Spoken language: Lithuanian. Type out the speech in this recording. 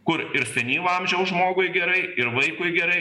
kur ir senyvo amžiaus žmogui gerai ir vaikui gerai